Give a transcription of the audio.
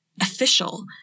Official